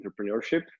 entrepreneurship